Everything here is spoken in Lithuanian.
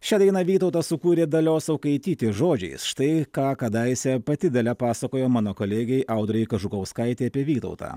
šią dainą vytautas sukūrė dalios saukaitytės žodžiais štai ką kadaise pati dalia pasakojo mano kolegei audrai kažukauskaitei apie vytautą